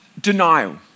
denial